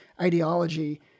ideology